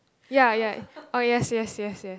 ya ya oh yes yes yes yes